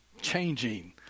changing